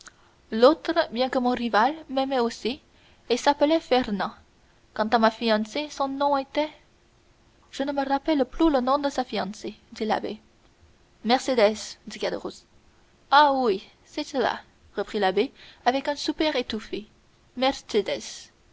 l'autre bien que mon rival m'aimait aussi et s'appelait fernand quant à ma fiancée son nom était je ne me rappelle plus le nom de la fiancée dit l'abbé mercédès dit caderousse ah oui c'est cela reprit l'abbé avec un soupir étouffé